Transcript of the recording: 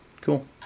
Cool